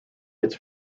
its